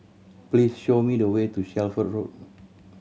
please show me the way to Shelford Road